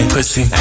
Pussy